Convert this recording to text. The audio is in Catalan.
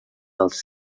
dels